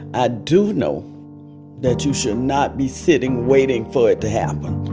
i do know that you should not be sitting waiting for it to happen.